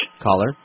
Caller